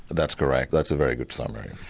that's correct, that's a very good summary.